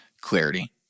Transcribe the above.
clarity